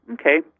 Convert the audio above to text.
okay